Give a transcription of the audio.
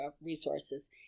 resources